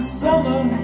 summer